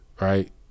right